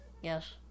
Yes